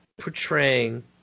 portraying